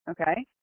okay